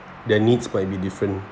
their needs might be different